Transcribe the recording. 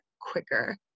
quicker